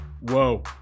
Whoa